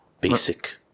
basic